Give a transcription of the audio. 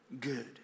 good